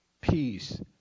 peace